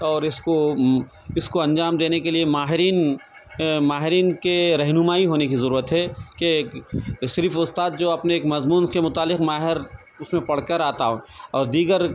اور اس کو اس کو انجام دینے کے لیے ماہرین ماہرین کے رہنمائی ہونے کی ضرورت ہے کہ ایک صرف استاد جو اپنے ایک مضمون کے متعلق ماہر اسے پڑھ کر آتا ہو اور دیگر